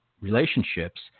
relationships